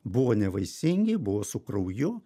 buvo nevaisingi buvo su krauju